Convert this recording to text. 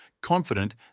confident